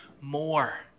more